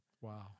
Wow